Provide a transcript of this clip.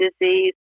disease